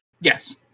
yes